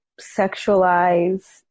sexualize